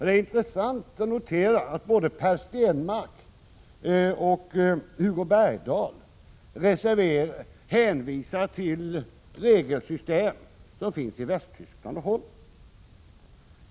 Det är intressant att notera att både Per Stenmarck och Hugo Bergdahl hänvisar till regelsystem som finns i Västtyskland och Holland.